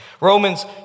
Romans